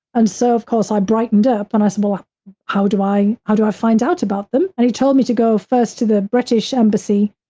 and so, of course, i brightened up and i suppose how do i, how do i find out about them, and he told me to go first to the british embassy,